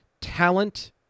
talent